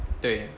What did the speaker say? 对